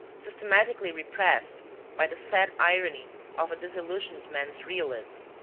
systematically repressed by the sad irony of a disillusioned man's realism.